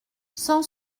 cent